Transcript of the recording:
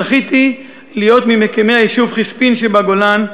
זכיתי להיות ממקימי היישוב חיספין שבגולן,